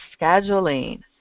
scheduling